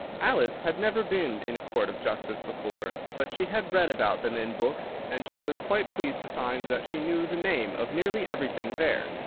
alice had never been in a court of justice before, but she had read about them in books, and she was quite pleased to find that she knew the name of nearly everything there.